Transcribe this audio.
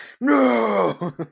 No